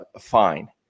fine